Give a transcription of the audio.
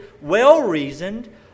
well-reasoned